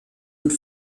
und